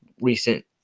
recent